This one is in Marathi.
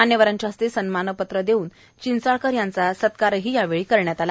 मान्यवरांच्या हस्ते सन्मानपत्र देऊन चिंचाळकर यांचा सत्कारही यावेळी करण्यात आला